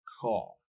call